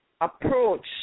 approach